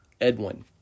Edwin